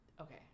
Okay